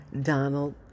Donald